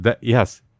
yes